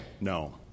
No